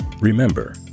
remember